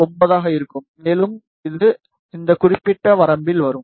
9 ஆக இருக்கும் மேலும் இது இந்த குறிப்பிட்ட வரம்பில் வரும்